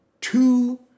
two